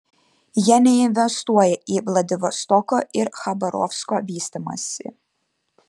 jie neinvestuoja į vladivostoko ir chabarovsko vystymąsi